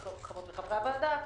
חברות וחברי הוועדה.